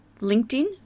LinkedIn